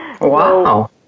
Wow